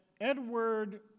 Edward